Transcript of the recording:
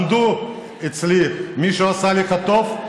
למדו אצלי: מישהו עשה לך טוב?